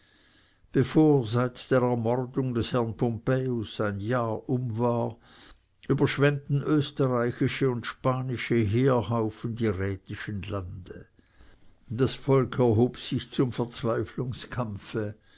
bevor seit der ermordung des herrn pompejus ein jahr um war überschwemmten österreichische und spanische heerhaufen die rätischen lande das volk erhob sich zum verzweiflungskampfe